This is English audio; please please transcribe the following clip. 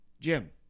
Jim